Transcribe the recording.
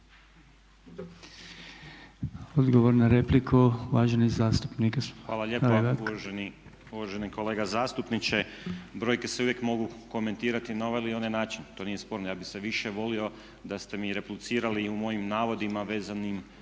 Hrebak. **Hrebak, Dario (HSLS)** Hvala lijepa. Uvaženi kolega zastupniče brojke se uvijek mogu komentirati na ovaj ili onaj način, to nije sporno. Ja bih više volio da ste mi replicirali u mojim navodima vezanim